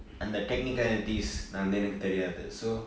அந்த:antha technicalities என்னனு எனக்கு தெரியாது:ennanu enakku theriyaathu so